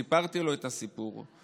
סיפרתי לו את הסיפור.